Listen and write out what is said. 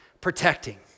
protecting